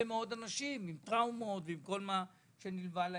מאוד אנשים עם טראומות ועם כל מה שנלווה לזה.